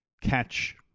catch